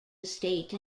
estate